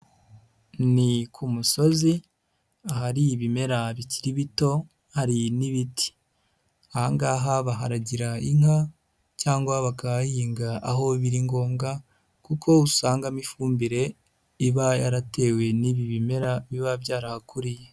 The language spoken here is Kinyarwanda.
Ni ku musozi ahari ibimera bikiri bito hari n'ibiti, aha ngaha baharagira inka cyangwa bakahahinga aho biri ngombwa kuko usangamo ifumbire, iba yaratewe n'ibi bimera biba byarahakuriye.